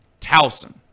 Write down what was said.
Towson